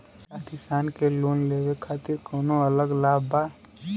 का किसान के लोन लेवे खातिर कौनो अलग लाभ बा?